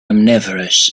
omnivorous